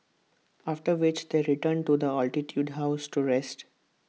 after which they return to the altitude house to rest